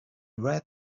read